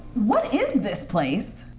what is this place?